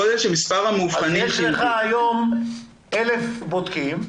כלומר יש לך היום 1,000 בודקים כמעט,